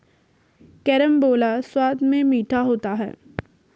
carambola स्वाद में मीठा होता है